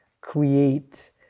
create